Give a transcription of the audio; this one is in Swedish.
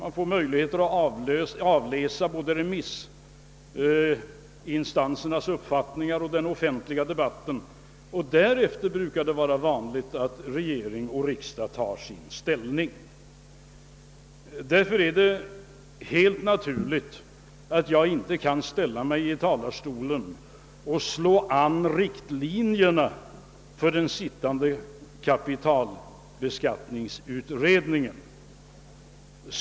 Vi får alltså möjligheter att avläsa både remissinstansernas uppfattning och den offentliga debatten. Först därefter brukar det vara vanligt att regering och riksdag tar ställning. Det är därför naturligt att jag inte nu från denna talarstol anger riktlinjer för det förslag som kan bli resultat av den sittande kapitalskatteberedningens arbete.